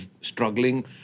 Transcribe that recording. struggling